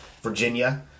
Virginia